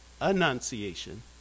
annunciation